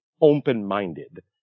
open-minded